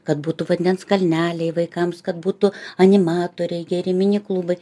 kad būtų vandens kalneliai vaikams kad būtų animatoriai geri mini klubai